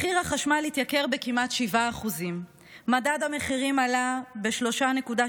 מחיר החשמל התייקר בכמעט 7%; מדד המחירים עלה ב-3.2%,